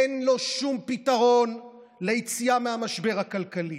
אין לו שום פתרון ליציאה מהמשבר הכלכלי,